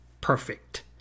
perfect